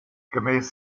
gemäß